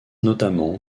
notamment